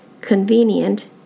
convenient